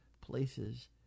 places